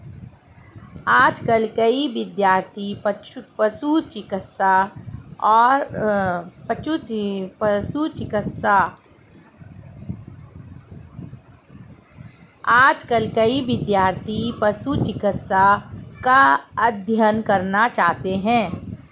आजकल कई विद्यार्थी पशु चिकित्सा का अध्ययन करना चाहते हैं